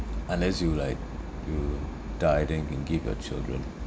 unless you like you die then you can give your children